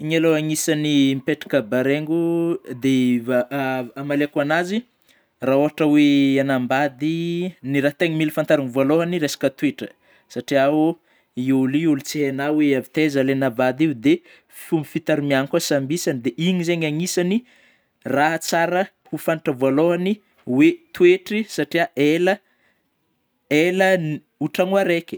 Igny aloha agnisany mipetraka baraingo; dia amaliako an'azy raha ôhatry oe agnamabady; ny raha tena mila fantarina vôalôhany resaka toetra satriao, io ôlô io ôlô tsy hainao oe avy taiza alaina vady io; de fomba fitaromiagny kôa samby isany de iny zeigny agnisany raha tsara ho fantatra vôalôhany oe toetry satria ela ela ho tragno araiky.